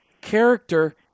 character